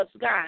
God